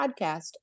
podcast